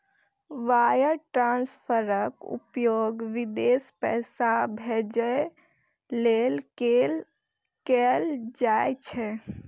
wire ट्रांसफरक उपयोग विदेश पैसा भेजै लेल कैल जाइ छै